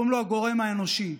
קוראים לו "הגורם האנושי".